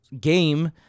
game